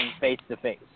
face-to-face